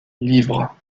livres